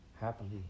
Happily